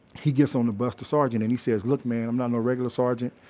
he gets on the bus, the sergeant and he says, look man, i'm not no regular sergeant.